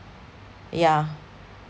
yeah